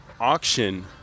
auction